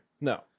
No